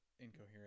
Incoherent